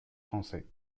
français